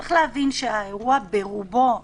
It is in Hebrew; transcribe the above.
צריך להבין שהאירוע ברובו,